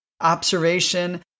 Observation